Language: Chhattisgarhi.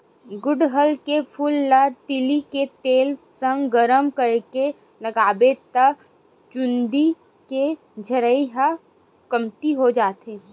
गुड़हल के फूल ल तिली के तेल संग गरम करके लगाबे त चूंदी के झरई ह कमती हो जाथे